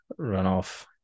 runoff